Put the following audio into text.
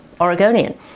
Oregonian